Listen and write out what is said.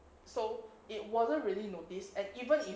so it wasn't really noticed and even if